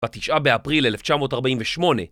בתשעה באפריל אלף תשע מאות ארבעים ושמונה